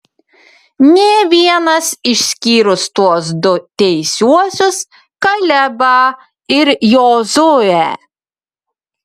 nė vienas išskyrus tuos du teisiuosius kalebą ir jozuę